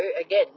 again